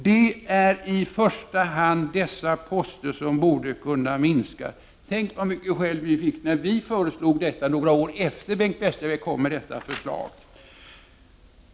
Det är i första hand dessa poster som borde kunna minskas.” Tänk så mycket skäll som vi fick när vi föreslog besparingar några år efter det att Bengt Westerberg hade lagt fram sitt förslag.